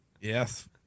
yes